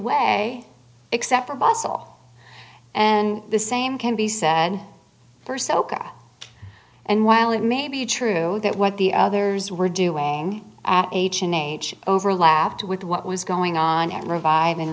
way except for basile and the same can be said for soca and while it may be true that what the others were doing at age an age overlapped with what was going on at reviving